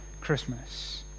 Christmas